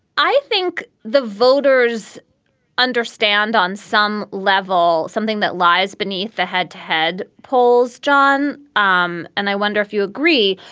i think the voters understand on some level something that lies beneath the head to head polls, john um and i wonder if you agree,